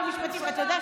אתה יודע,